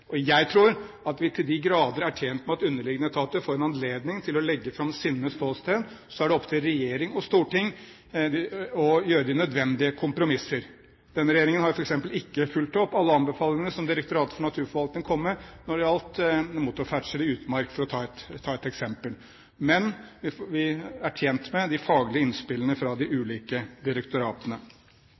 Og jeg tror at vi til de grader er tjent med at underliggende etater får en anledning til å legge fram sine ståsteder, og så er det opp til regjering og storting å gjøre de nødvendige kompromisser. Denne regjeringen har f.eks. ikke fulgt opp alle anbefalingene som Direktoratet for naturforvaltning kom med når det gjelder motorferdsel i utmark, for å ta et eksempel. Men vi er tjent med de faglige innspillene fra de ulike direktoratene.